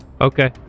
Okay